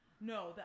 No